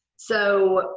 so,